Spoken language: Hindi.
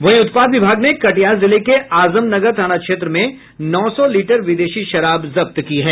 वहीं उत्पाद विभाग ने कटिहार जिले के आजमनगर थाना क्षेत्र में नौ सौ लीटर विदेशी शराब जब्त की है